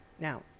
Now